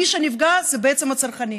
מי שנפגע זה בעצם הצרכנים.